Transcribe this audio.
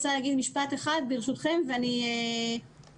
משפט אחד, בבקשה.